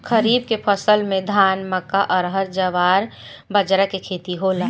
खरीफ के फसल में धान, मक्का, अरहर, जवार, बजरा के खेती होला